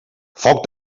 foc